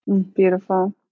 beautiful